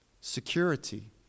Security